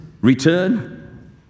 return